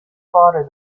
slaughter